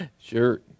Sure